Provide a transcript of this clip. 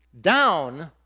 down